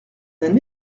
d’un